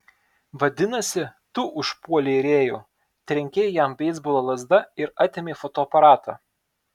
vadinasi tu užpuolei rėjų trenkei jam beisbolo lazda ir atėmei fotoaparatą